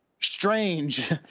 Strange